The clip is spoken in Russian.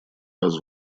вас